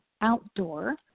outdoor